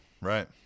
Right